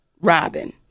Robin